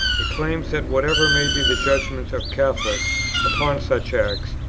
it claims that, whatever may be the judgment of catholics upon such acts,